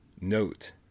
note